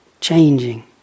changing